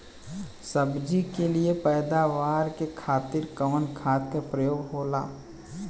सब्जी के लिए पैदावार के खातिर कवन खाद के प्रयोग होला?